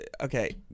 okay